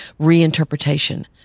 reinterpretation